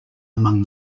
among